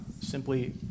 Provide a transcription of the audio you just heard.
simply